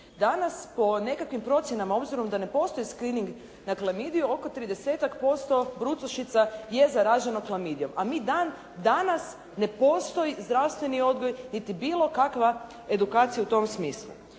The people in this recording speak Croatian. Danas po nekakvim procjenama obzirom da ne postoji «screening» na klamidiju oko 30-tak posto brucošica je zaraženo klamidijom. A mi dan danas ne postoji zdravstveni odgoj niti bilo kakva edukacija u tom smislu.